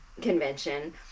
convention